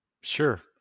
Sure